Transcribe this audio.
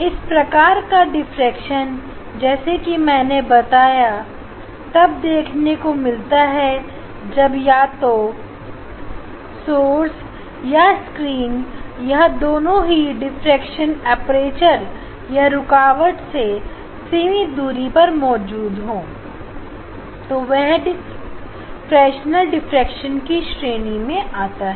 इस प्रकार का डिफ्रेक्शन जैसे कि मैंने बताया तब देखने को मिलता है जब या तो सोर्स या स्क्रीन या यह दोनों ही डिफ्रेक्शन अपरेजर या रुकावट से सीमित दूरी पर मौजूद हो तो वह फ्रेशनल डिप्रेशन की श्रेणी में आता है